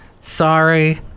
Sorry